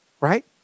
right